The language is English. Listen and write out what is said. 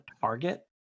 target